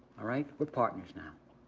all right? we're partners now,